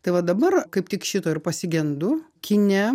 tai va dabar kaip tik šito ir pasigendu kine